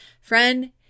friend